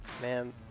man